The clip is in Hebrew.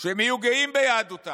שהם יהיו גאים ביהדותם,